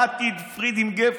שמעתי את פריד עם גפן.